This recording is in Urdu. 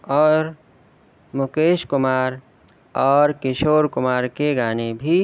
اور مکیش کمار اور کشور کمار کے گانے بھی